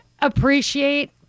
appreciate